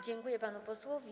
Dziękuję panu posłowi.